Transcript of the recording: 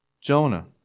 Jonah